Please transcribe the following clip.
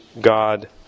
God